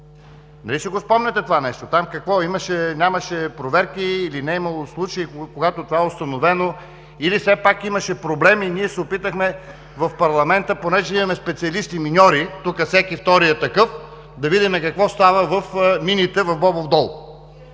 Нали си спомняте това нещо!? Там нямаше проверки, или не е имало случаи, когато това е установено, или все пак имаше проблем и ние се опитахме в парламента, понеже имаме специалисти и миньори – тук всеки втори е такъв, да видим какво става в мините в Бобов дол.